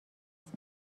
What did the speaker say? است